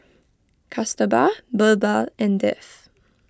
Kasturba Birbal and Dev